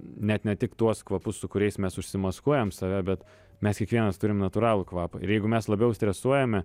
net ne tik tuos kvapus su kuriais mes užsimaskuojam save bet mes kiekvienas turim natūralų kvapą ir jeigu mes labiau stresuojame